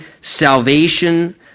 salvation